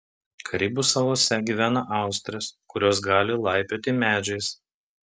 karibų salose gyvena austrės kurios gali laipioti medžiais